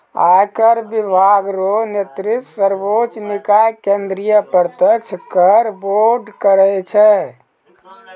आयकर विभाग रो नेतृत्व सर्वोच्च निकाय केंद्रीय प्रत्यक्ष कर बोर्ड करै छै